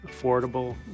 affordable